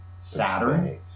Saturn